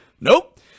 Nope